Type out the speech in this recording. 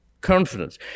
confidence